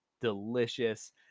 delicious